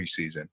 preseason